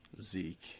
Zeke